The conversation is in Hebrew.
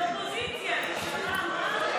אופוזיציה, נשמה, מה,